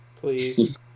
Please